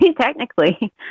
technically